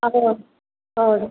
ಹೌದು